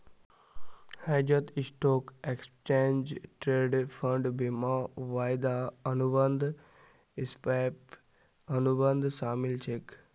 हेजत stock, exchange traded fund, बीमा, वायदा अनुबंध, स्वैप, अनुबंध शामिल छेक